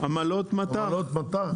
עמלות המט"ח.